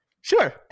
Sure